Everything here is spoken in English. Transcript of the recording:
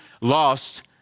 lost